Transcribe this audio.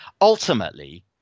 Ultimately